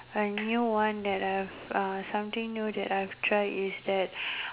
I knew one that I have uh something new that I have tried is that